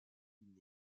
une